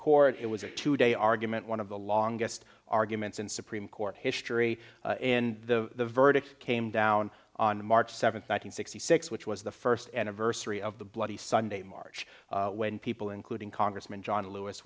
court it was a two day argument one of the longest arguments in supreme court history and the verdict came down on march seventh nine hundred sixty six which was the first anniversary of the bloody sunday march when people including congressman john l